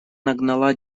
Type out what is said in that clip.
нагнала